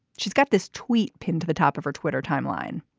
she's got this tweet pinned to the top of her twitter timeline.